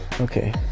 okay